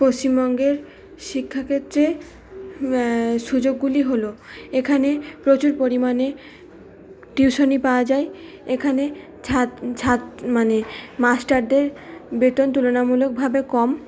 পশ্চিমবঙ্গের শিক্ষাক্ষেত্রে সুযোগগুলি হল এখানে প্রচুর পরিমাণে টিউশানি পাওয়া যায় এখানে মানে মাস্টারদের বেতন তুলনামূলকভাবে কম